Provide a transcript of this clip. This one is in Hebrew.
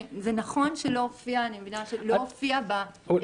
זה נכון שזה לא הופיע אני מבינה שזה לא הופיע בזימון,